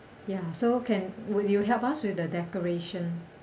ya so can will you help us with the decoration